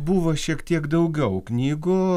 buvo šiek tiek daugiau knygų